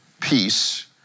peace